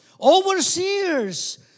overseers